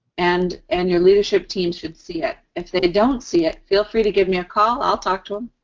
and and your leadership team should see it. if they don't see it, feel free to give me a call. i'll talk to